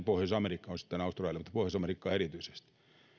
pohjois amerikkaan oli sitten myös australia mutta pohjois amerikkaan erityisesti